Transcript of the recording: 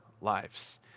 lives